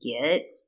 get